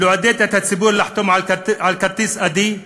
וגם לעודד את הציבור לחתום על כרטיס "אדי"